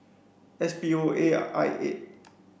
S P O A I eight